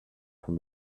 from